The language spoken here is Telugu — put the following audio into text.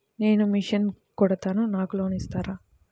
నేను మిషన్ కుడతాను నాకు లోన్ ఇస్తారా?